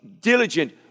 diligent